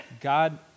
God